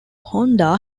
honda